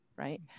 Right